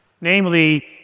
namely